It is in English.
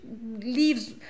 leaves